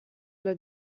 alla